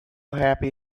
happy